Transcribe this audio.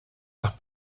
nach